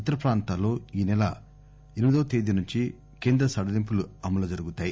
ఇతర ప్రాంతాల్లో ఈ నెల ఎనిమిదతేదీ నుంచి కేంద్ర సడలింపులు అమలు జరుగుతాయి